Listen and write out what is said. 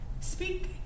Speak